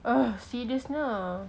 !ugh! serious nye